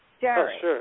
Jerry